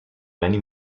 many